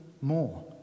more